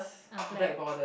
ah black